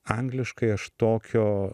angliškai aš tokio